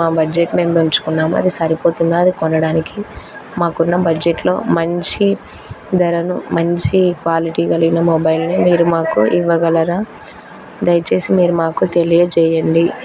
మా బడ్జెట్ మేము పెంచుకున్నాము అది సరిపోతుందా అది కొనడానికి మాకున్న బడ్జెట్లో మంచి ధరను మంచి క్వాలిటీ కలిగన మొబైల్ని మీరు మాకు ఇవ్వగలరా దయచేసి మీరు మాకు తెలియజేయండి